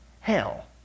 hell